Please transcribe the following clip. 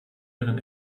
ihren